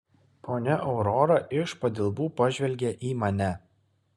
ponia aurora iš padilbų pažvelgė į mane